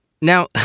Now